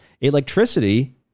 electricity